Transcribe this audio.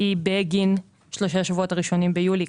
היא בגין שלושת השבועות הראשונים ביולי.